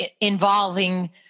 involving